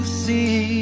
see